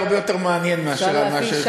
יהיה הרבה יותר מעניין מאשר מה שיש לנו לדבר פה.